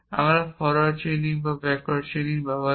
আমরা forward chaining বা backward chaining ব্যবহার করে